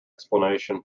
explanation